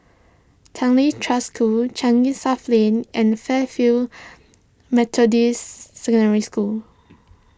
Tanglin Trust School Changi South Lane and Fairfield Methodist Secondary School